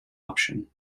option